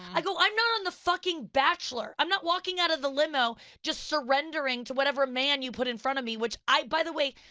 i go, i'm not on the fucking bachelor. i'm not walking out of the limo just surrendering to whatever man you put in front of me, which by the way,